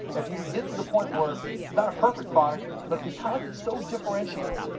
if you can get to the point where it's not a perfect product, but because it's so differentiated,